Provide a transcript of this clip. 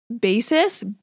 basis